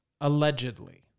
allegedly